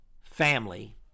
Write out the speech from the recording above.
family